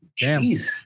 Jeez